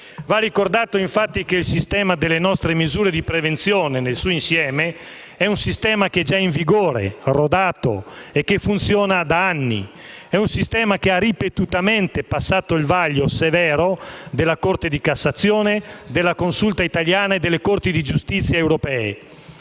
Va ricordato infatti che il sistema delle nostre misure di prevenzione, nel suo insieme, è un sistema che è già in vigore, rodato e che funziona da anni. È un sistema che ha ripetutamente passato il vaglio severo della Corte di cassazione, della Consulta italiana e delle Corti di giustizia europee.